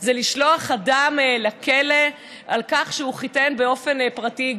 זה לשלוח אדם לכלא על כך שהוא חיתן באופן פרטי.